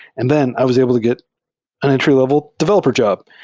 and then i was able to get an entry level developer job.